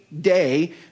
day